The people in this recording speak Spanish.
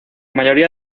mayoría